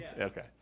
Okay